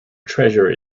treasure